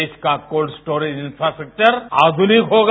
देश का cold storage infrastructure आधुनिक होगा